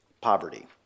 Poverty